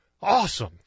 Awesome